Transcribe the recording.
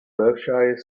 berkshire